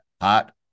Hot